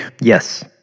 Yes